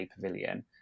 pavilion